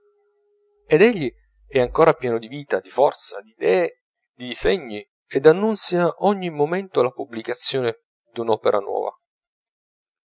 ed egli è ancora pieno di vita di forza d'idee di disegni ed annunzia ogni momento la pubblicazione d'un'opera nuova